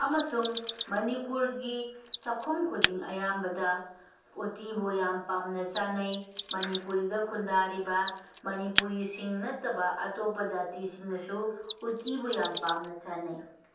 ꯑꯃꯁꯨꯡ ꯃꯅꯤꯄꯨꯔꯒꯤ ꯆꯥꯛꯈꯨꯝ ꯈꯨꯗꯤꯡ ꯑꯌꯥꯝꯕꯗ ꯎꯇꯤꯕꯨ ꯌꯥꯝ ꯄꯥꯝꯅ ꯆꯥꯅꯩ ꯃꯅꯤꯄꯨꯔꯤꯗ ꯈꯨꯟꯗꯥꯔꯤꯕ ꯃꯅꯤꯄꯨꯔꯤꯁꯤꯡ ꯅꯠꯇꯕ ꯑꯇꯣꯞꯄ ꯖꯥꯇꯤꯁꯤꯡꯅꯁꯨ ꯎꯇꯤꯕꯨ ꯌꯥꯝ ꯄꯥꯝꯅ ꯆꯥꯅꯩ